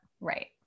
Right